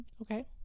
Okay